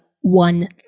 one